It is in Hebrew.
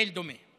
מייל דומה,